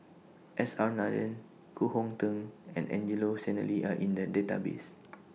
S R Nathan Koh Hong Teng and Angelo Sanelli Are in The Database